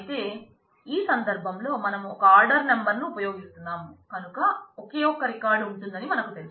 అయితే ఈ సందర్భంలో మనం ఒక ఆర్డర్ నెంబరును ఉపయోగిస్తున్నాం కనుక ఒకే ఒక్క రికార్డ్ ఉంటుందని మనకు తెలుసు